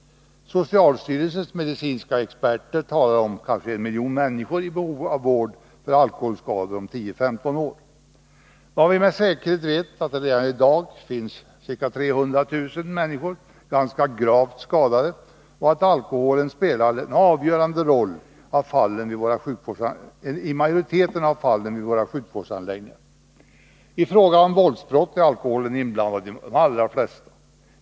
Socialstyrelsens medicinska experter talar om ca en miljon människor i behov av vård för alkoholskador om 10-15 år. Vad vi med säkerhet vet är att det redan i dag finns ca 300 000 människor ganska gravt skadade och att alkoholen spelar en avgörande roll i en majoritet av fallen vid våra sjukvårdsanläggningar. I fråga om våldsbrott är alkoholen inblandad i de allra flesta fallen.